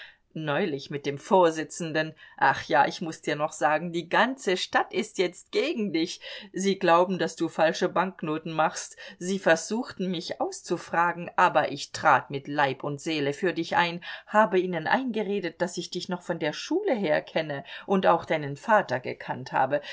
neulich mit dem vorsitzenden ach ja ich muß dir noch sagen die ganze stadt ist jetzt gegen dich sie glauben daß du falsche banknoten machst sie versuchten mich auszufragen aber ich trat mit leib und seele für dich ein habe ihnen eingeredet daß ich dich noch von der schule her kenne und auch deinen vater gekannt habe